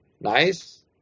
nice